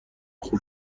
خوب